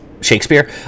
Shakespeare